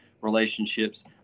relationships